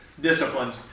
disciplines